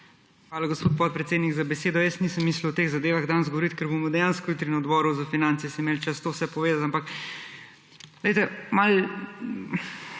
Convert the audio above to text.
Hvala, gospod podpredsednik, za besedo. Jaz nisem mislil o teh zadevah danes govoriti, ker imamo dejansko jutri na Odboru za finance si imeli čas vse to povedati. Ampak